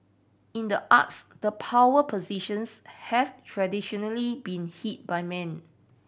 in the arts the power positions have traditionally been by men